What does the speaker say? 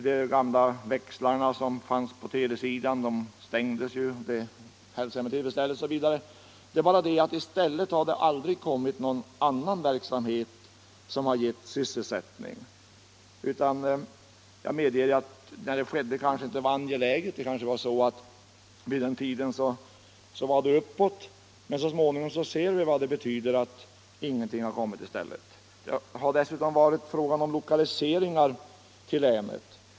De gamla växlarna som fanns på telesidan har t.ex. lagts ned, och det är naturligtvis att hälsa med tillfredsställelse. Det är bara det att det inte i stället har kommit någon annan verksamhet som ger sysselsättning. När dessa rationaliseringar gjordes behövdes det kanske inte någon annan verksamhet; vid den tiden var det gott om arbete. Men så småningom har vi sett vad det betyder att vi inte fått någonting annat i stället. Man kommer här även in på frågan om lokaliseringen av företag till länet.